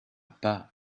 pas